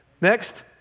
Next